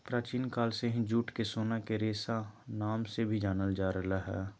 प्राचीन काल से ही जूट के सोना के रेशा नाम से भी जानल जा रहल हय